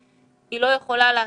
היא לא יכולה לעשות.